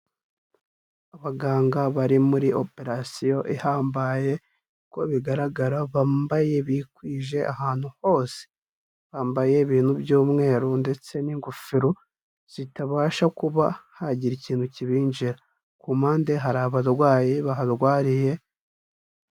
Abaganga bari muri operasiyo ihambaye, uko bigaragara bambaye bikwije ahantu hose, bambaye ibintu by'umweru ndetse n'ingofero zitabasha kuba hagira ikintu kibinjira, ku mpande hari abarwayi baharwariye.